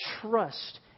trust